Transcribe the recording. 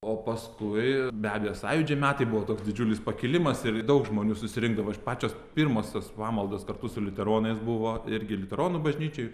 o paskui be abejo sąjūdžio metai buvo toks didžiulis pakilimas ir daug žmonių susirinkdavo pačios pirmosios pamaldos kartu su liuteronais buvo irgi liuteronų bažnyčioj